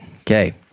Okay